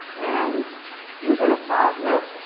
and within a plasma,